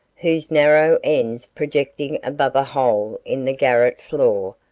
whose narrow ends projecting above a hole in the garret floor,